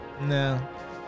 No